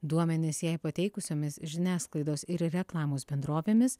duomenis jai pateikusiomis žiniasklaidos ir reklamos bendrovėmis